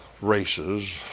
races